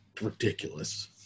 ridiculous